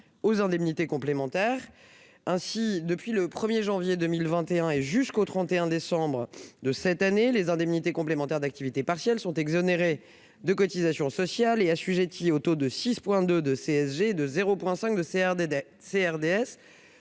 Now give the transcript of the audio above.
aux indemnités complémentaires. Ainsi, depuis le 1 janvier 2021 et jusqu'au 31 décembre de cette année, les indemnités complémentaires d'activité partielle sont exonérées de cotisations sociales et assujetties au taux de 6,2 points de CSG et de 0,5 point de CRDS.